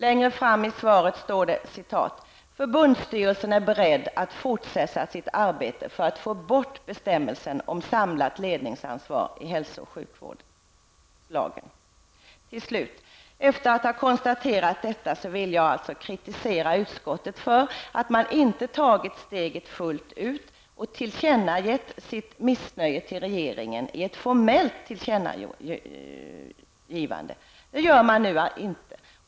Längre fram i svaret står det: Förbundsstyrelsen är beredd att fortsätta sitt arbete för att få bort bestämmelsen om samlat ledningsansvar i hälso och sjukvårdslagen. Efter att ha konstaterat detta vill jag kritisera utskottet för att man inte tagit steget fullt ut och anmält sitt missnöje till regeringen i ett formellt tillkännagivande.